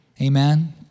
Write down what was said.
Amen